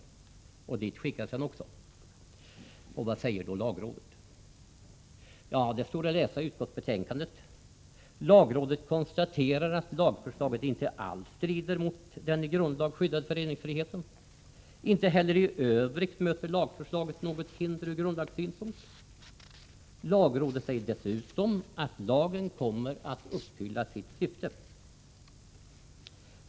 Dit skickades den också. Vad säger då lagrådet? Ja, det står att läsa i utskottsbetänkandet. Lagrådet konstaterar att lagförslaget inte alls strider mot den i grundlag skyddade föreningsfriheten. Inte heller i övrigt möter lagförslaget något hinder ur grundlagssynpunkt. Lagrådet säger dessutom att lagen kommer att tillgodose sitt syfte.